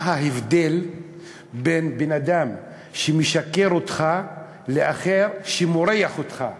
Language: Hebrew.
מה ההבדל בין בן-אדם שמשקר לך לאחר שמורח אותך?